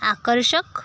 आकर्षक